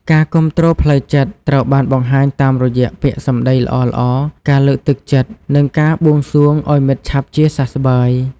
ការគាំទ្រផ្លូវចិត្តត្រូវបានបង្ហាញតាមរយៈពាក្យសម្ដីល្អៗ ការលើកទឹកចិត្ត និងការបួងសួងឱ្យមិត្តឆាប់ជាសះស្បើយ។